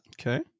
Okay